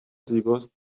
زیباست